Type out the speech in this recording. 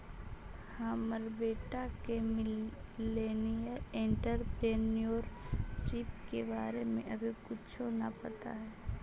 हमर बेटा के मिलेनियल एंटेरप्रेन्योरशिप के बारे में अभी कुछो न पता हई